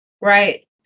Right